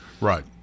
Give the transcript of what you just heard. Right